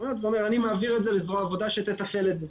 המקומיות ואומר 'אני מעביר את זה לזרוע העבודה שתתפעל את זה.